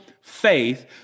faith